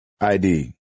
ID